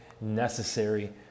necessary